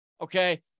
okay